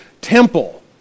temple